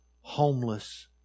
homeless